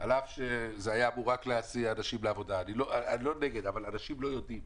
אבל מאחר ושמנו לב לאורך הדרך אחרי שנתנו את ההנחיה,